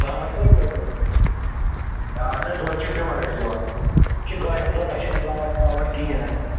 ژامن کٔے چھِ اَسہِ یِم دِوان ہے اَہن حظ دۄد چھُ پیور أسۍ دِوان یہِ چھُ گایہِ ہُنٛد دۄد تتھ چھَنہٕ مِلاوٹھ وِلاوٹھ کِہیٖنۍ اَسہِ آسان